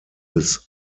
bis